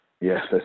Yes